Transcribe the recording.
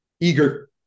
eager